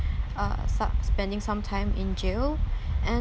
uh sub~ spending some time in jail and